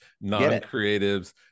non-creatives